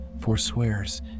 forswears